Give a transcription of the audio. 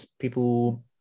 people